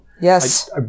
Yes